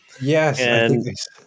Yes